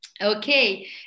Okay